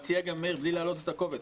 הוא הציע גם בלי להעלות את הקובץ,